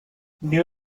new